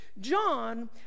John